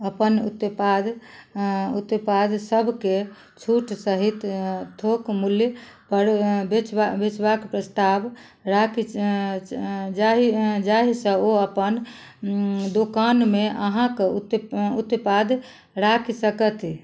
अपन उत्पाद हँ उत्पाद सभके छूट सहित थोक मूल्यपर बेच बेचबाक प्रस्ताव राखि जाहि जाहिसँ ओ अपन दुकानमे अहाँक उत उत्पाद राखि सकथि